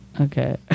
Okay